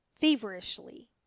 feverishly